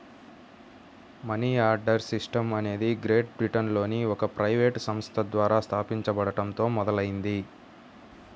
money order system అనేది great బ్రిటన్లోని ఒక ప్రైవేట్ సంస్థ ద్వారా స్థాపించబడటంతో మొదలైంది